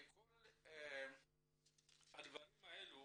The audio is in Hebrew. כל הדברים הללו